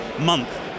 month